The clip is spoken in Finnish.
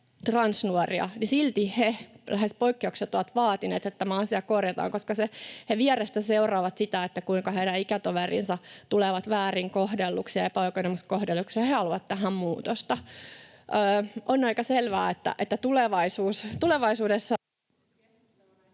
transnuoria, ovat silti lähes poikkeuksetta vaatineet, että tämä asia korjataan, koska he vierestä seuraavat sitä, kuinka heidän ikätoverinsa tulevat väärin kohdelluiksi ja epäoikeudenmukaisesti kohdelluiksi, ja he haluavat tähän muutosta. On aika selvää, että tulevaisuudessa